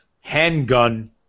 Handgun